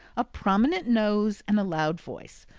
a prominent nose, and a loud voice,